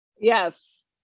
Yes